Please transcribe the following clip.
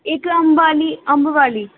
हिकु अंब वाली अंब वाली